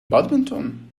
badminton